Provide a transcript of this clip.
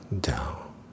down